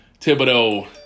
Thibodeau